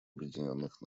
объединенных